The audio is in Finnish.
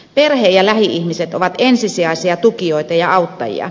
perhe ja lähi ihmiset ovat ensisijaisia tukijoita ja auttajia